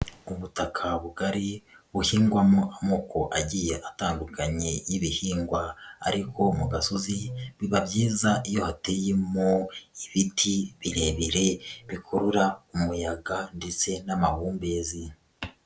Ubutaka bugari buhingwamo amoko agiye atandukanye y'ibihingwa ariko mu gasozi biba byiza iyo hateyemo ibiti birebire bikurura umuyaga ndetse n'amahumbezi.